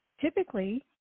typically